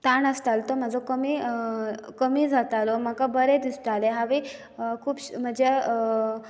ताण आसतालो तो म्हजो कमी कमी जातालो म्हाका बरें दिसतालें हांव खुबशें म्हजें